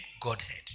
Godhead